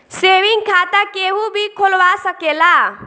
saving खाता केहू भी खोलवा सकेला